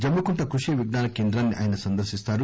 జమ్మికుంట కృషి విజ్ఞాన కేంద్రాన్ని ఆయన సందర్శిస్తారు